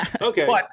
Okay